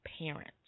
parent